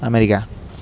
America